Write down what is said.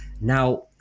now